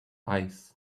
ice